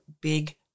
big